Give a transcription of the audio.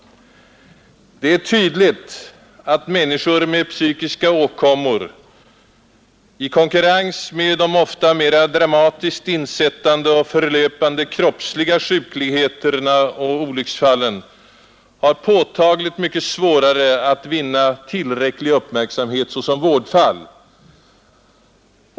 Det är tydligt att människor med psykiska åkommor i konkurrens med de ofta mera dramatiskt insättande och dramatiskt förlöpande kroppsliga sjukligheterna och olycksfallen har påtagligt mycket svårare att vinna tillräcklig uppmärksamhet såsom vårdfall.